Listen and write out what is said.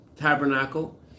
Tabernacle